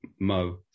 mo